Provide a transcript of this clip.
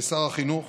כשר החינוך